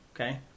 Okay